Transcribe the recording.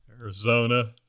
Arizona